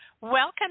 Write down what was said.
Welcome